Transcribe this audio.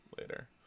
later